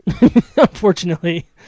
unfortunately